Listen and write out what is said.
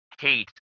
hate